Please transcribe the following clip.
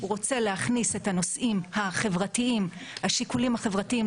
הוא רוצה להכניס את השיקולים החברתיים